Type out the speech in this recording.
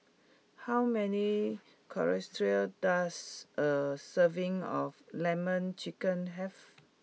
how many does a serving of Lemon Chicken have